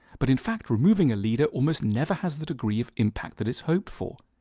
but in fact removing a leader almost never has the degree of impact that is hoped for.